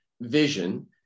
vision